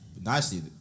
nicely